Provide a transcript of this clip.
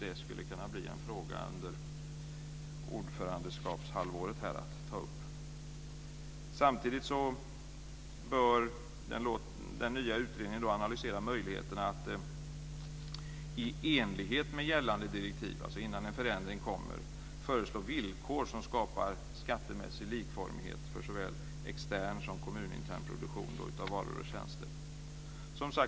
Skulle inte det kunna bli en fråga att ta upp under ordförandeskapshalvåret? Samtidigt bör den nya utredningen analysera möjligheten att i enlighet med gällande direktiv, alltså innan en förändring kommer, föreslå villkor som skapar skattemässig likformighet för såväl extern som kommunintern produktion av varor och tjänster.